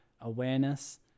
awareness